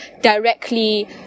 directly